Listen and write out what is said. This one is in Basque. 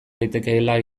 daitekeela